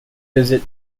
visit